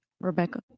Rebecca